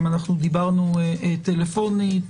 גם אנחנו דיברנו טלפונית.